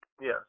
Yes